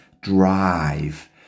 drive